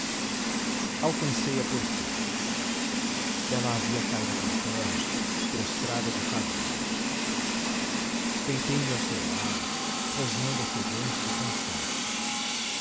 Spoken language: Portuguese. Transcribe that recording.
morto alcancei a por fim ela havia caído por terra prostrada de fadiga deitei me ao seu lado rosnando ofegante de cansaço